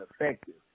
effective